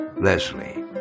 Leslie